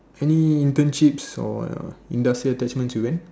any internships or industrial attachments you went